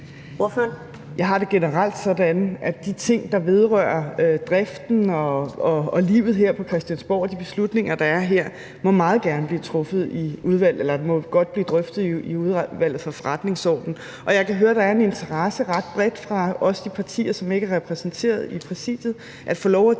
Jeg har det generelt sådan, at de ting, der vedrører driften og livet her på Christiansborg og de beslutninger, der er her, godt må blive drøftet i Udvalget for Forretningsordenen, og jeg kan høre, at der ret bredt, også fra de partier, som ikke er repræsenteret i Præsidiet, er en